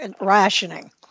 rationing